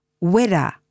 Weather